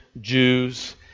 Jews